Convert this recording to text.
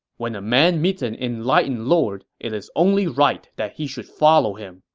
when a man meets an enlightened lord, it's only right that he should follow him,